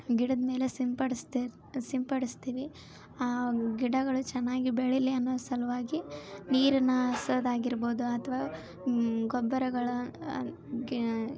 ಗಿಡದಮೇಲೆ ಸಿಂಪಡಿಸ್ದೆ ಸಿಂಪಡಿಸ್ತೀವಿ ಆ ಗಿಡಗಳು ಚೆನ್ನಾಗಿ ಬೆಳೀಲಿ ಅನ್ನೋ ಸಲುವಾಗಿ ನೀರನ್ನು ಹಾಸೋದಾಗಿರ್ಬೋದು ಅಥವಾ ಗೊಬ್ಬರಗಳು ಗಿ